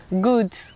good